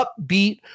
upbeat